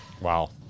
Wow